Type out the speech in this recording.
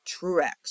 Truex